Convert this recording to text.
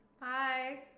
Bye